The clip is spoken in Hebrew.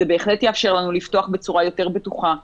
זה בהחלט יאפשר לנו לפתוח בצורה בטוחה יותר,